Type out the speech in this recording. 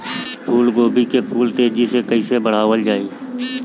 फूल गोभी के फूल तेजी से कइसे बढ़ावल जाई?